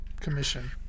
commission